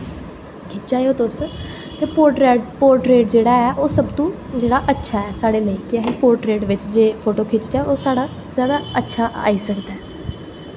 खिच्चा दे तुस ते पोर्ट्रेट जेह्ड़ा ऐ ओह् सब तो जेह्ड़ा अच्छा ऐ साढ़े लेई कि असें पोर्ट्रेट बिच जे फोटो खिचचै ते ओह् साढ़ा जादा अच्छा आई सकदा ऐ